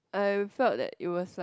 I felt that it was like